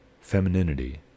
femininity